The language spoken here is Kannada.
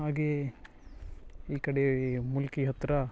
ಹಾಗೆಯೇ ಈ ಕಡೆ ಮುಲ್ಕಿ ಹತ್ತಿರ